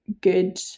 good